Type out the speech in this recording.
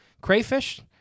Crayfish